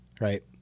right